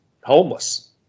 homeless